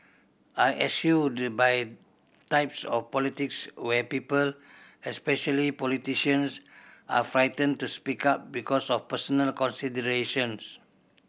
I eschew types of politics where people especially politicians are frightened to speak up because of personal considerations